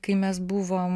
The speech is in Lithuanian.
kai mes buvom